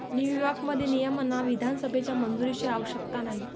न्यूयॉर्कमध्ये, नियमांना विधानसभेच्या मंजुरीची आवश्यकता नाही